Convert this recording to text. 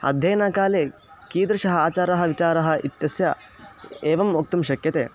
अध्ययनकाले कीदृशः आचारः विचारः इत्यस्य एवं वक्तुं शक्यते